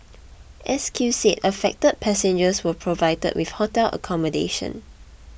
S Q said affected passengers were provided with hotel accommodation